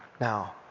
Now